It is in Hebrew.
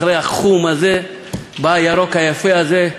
אחרי החוּם הזה בא הירוק היפה הזה,